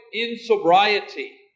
insobriety